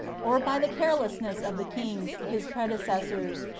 or by the carelessness of the kings, his predecessors,